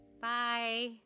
bye